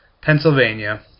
Pennsylvania